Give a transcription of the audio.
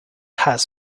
has